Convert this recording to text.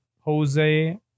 Jose